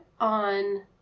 on